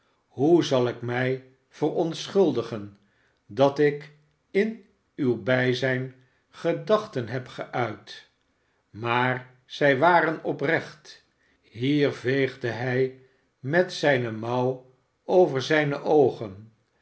shoe zal ik mij verontschuldigen dat ik in uw bijzijn gedachten heb geuit maar zij waren oprecht hier veegde hij met zijne mouw over zijne oogen